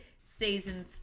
season